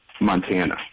Montana